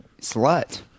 Slut